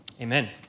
Amen